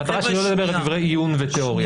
המטרה שלי היא לא לדבר דברי עיון ותיאוריה,